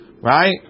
right